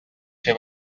fer